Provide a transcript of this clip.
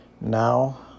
Now